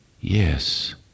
yes